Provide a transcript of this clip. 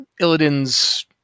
illidan's